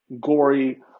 gory